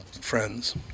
friends